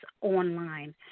online